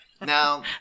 now